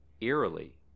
Eerily